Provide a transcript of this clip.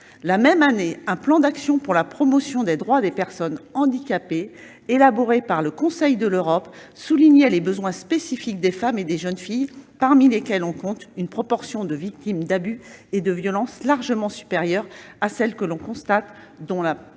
La même année, un plan d'action pour la promotion des droits des personnes handicapées, élaboré par le Conseil de l'Europe, soulignait les besoins spécifiques des femmes et des jeunes filles parmi lesquelles on compte une proportion de victimes d'abus et de violences largement supérieure à celle que l'on enregistre dans la